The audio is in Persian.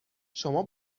شما